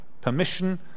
permission